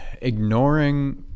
ignoring